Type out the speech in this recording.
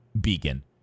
beacon